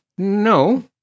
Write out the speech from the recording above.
No